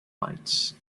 lights